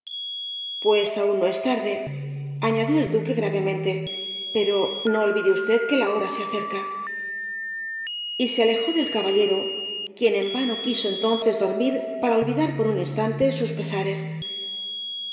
pues aún no es tardeañadió el duque gravemente pero no olvide usted que la hora se acerca y se alejó del caballero quien en vano quiso entonces dormir para olvidar por un instante sus pesares